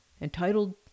entitled